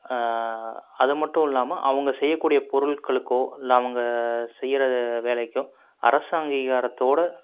அதுமட்டும் இல்லாமல் அவங்க செய்யக்கூடிய பொருட்களுக்கோ இல்லை அவங்க செய்கிற வேலைக்கோ அரசு அங்கீகாரத்தோடு